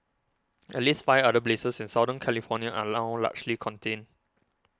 at least five other blazes in Southern California are now largely contained